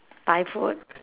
thai food